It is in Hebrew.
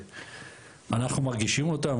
אנחנו מרגישים אותם,